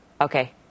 Okay